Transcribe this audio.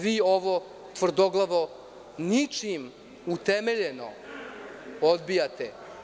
Vi ovo tvrdoglavo, ničim utemeljeno, odbijate.